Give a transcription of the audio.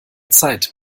zeit